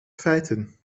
feiten